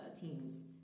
teams